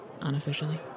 unofficially